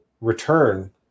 return